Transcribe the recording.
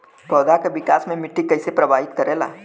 पौधा के विकास मे मिट्टी कइसे प्रभावित करेला?